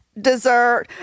dessert